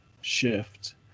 shift